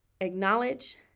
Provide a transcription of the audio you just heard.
acknowledge